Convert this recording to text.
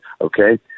okay